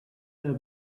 there